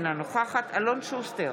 אינה נוכחת אלון שוסטר,